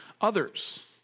others